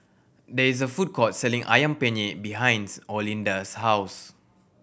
there is a food court selling Ayam Penyet behinds Olinda's house